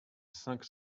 cinq